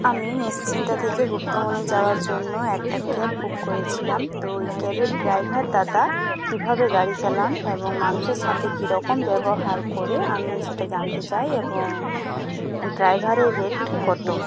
আমি নিশ্চিন্তা থেকে গুপ্তমনি যাওয়ার জন্য একটা ক্যাব বুক করেছিলাম তো ওই ক্যাবের ড্রাইভার দাদা কীভাবে গাড়ি চালান এবং মানুষের সাথে কি রকম ব্যবহার করে আমি সেটা জানতে চাই এবং ড্রাইভারের রেট কত